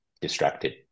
distracted